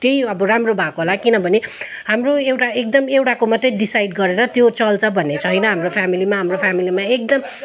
त्यही अब राम्रो भएको होला किनभने हाम्रो एकदम एउटाको मात्रै डिसाइड गरेर त्यो चल्छ भन्ने छैन हाम्रो फेमिलीमा हाम्रो फेमेलीमा एकदम